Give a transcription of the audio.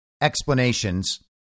explanations